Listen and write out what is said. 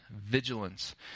vigilance